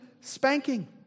spanking